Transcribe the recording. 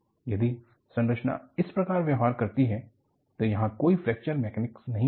यदि संरचना इस प्रकार व्यवहार करती है तो यहां कोई फ्रैक्चर मैकेनिक्स नहीं होता